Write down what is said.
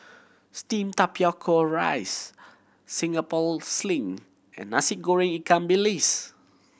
steamed tapioca rice Singapore Sling and Nasi Goreng ikan bilis